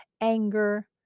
anger